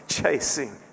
chasing